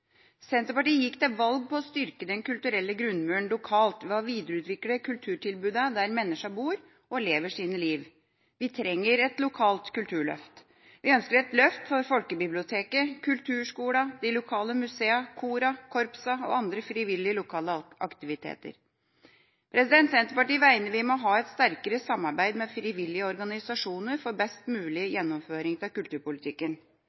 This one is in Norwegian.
Senterpartiet gikk til valg på å styrke den kulturelle grunnmuren lokalt ved å videreutvikle kulturtilbudene der menneskene bor og lever sine liv. Vi trenger et lokalt kulturløft! Vi ønsker et løft for folkebiblioteket, kulturskolene, de lokale museene, korene, korpsene og andre frivillige lokale aktiviteter. Senterpartiet mener vi må ha et sterkere samarbeid med frivillige organisasjoner for best mulig